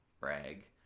Brag